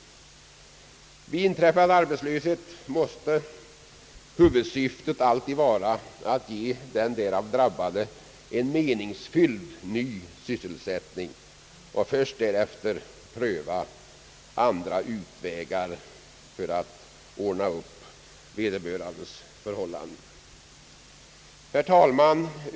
Vid inträffad arbetslöshet måste huvudsyftet alltid vara att ge den därav drabbade en meningsfylld ny sysselsättning och först därefter pröva andra utvägar för att ordna upp vederbörandes förhållanden. Herr talman!